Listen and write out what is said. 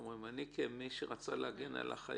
כמי שרצה להגן על החייבים,